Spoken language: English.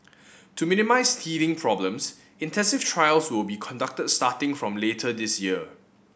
to minimise teething problems intensive trials will be conducted starting from later this year